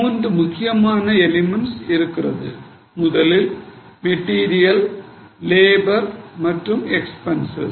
மூன்று முக்கியமான எலிமென்ட்ஸ் உள்ளது முதலில் மெட்டீரியல் லேபர் மற்றும் எக்பென்சஸ்